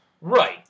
Right